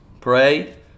pray